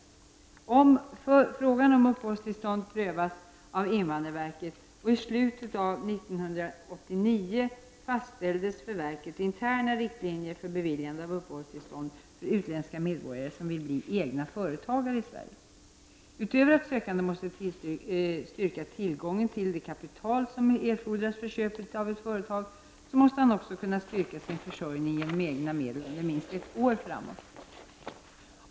Frågan om uppehållstillstånd prövas av invandrarverket, och i slutet av år 1989 fastställdes för verket interna riktlinjer för beviljande av uppehållstillstånd för utländska medborgare som vill bli egna företagare i Sverige. Utöver att sökanden måste styrka tillgången till det kapital som erfordras för köpet av ett företag, måste han också kunna styrka sin försörjning genom egna medel under minst ett år framåt.